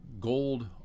gold